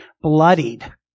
bloodied